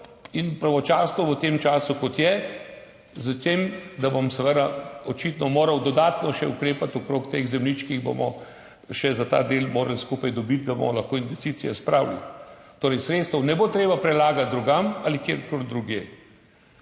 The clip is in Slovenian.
in pravočasno v tem času, kot je, s tem, da bom seveda očitno moral dodatno še ukrepati okrog teh zemljišč, ki jih bomo še za ta del morali skupaj dobiti, da bomo lahko investicije spravili. Torej, sredstev ne bo treba prelagati drugam ali kjerkoli drugje.